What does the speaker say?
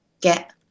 get